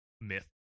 myth